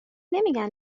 نمیگن